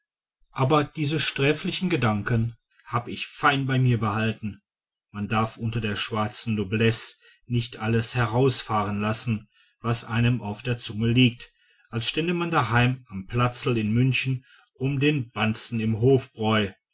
aber diese sträflichen gedanken habe ich fein bei mir behalten man darf unter der schwarzen noblesse nicht alles herausfahren lassen was einem auf der zunge liegt als stände man daheim am platzl in münchen um den banzen im hofbräu